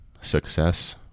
success